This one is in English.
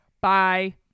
Bye